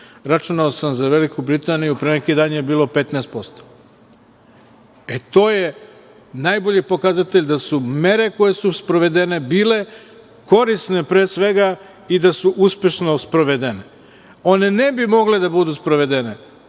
računao za Veliku Britaniju, bilo je 15%. To je najbolji pokazatelj da su mere koje su sprovedene bile korisne pre svega i da su uspešno sprovedene. One ne bi mogle da budu sprovedene